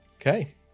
Okay